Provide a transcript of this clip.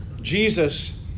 Jesus